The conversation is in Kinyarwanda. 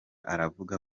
aravuga